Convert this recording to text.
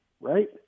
right